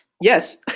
yes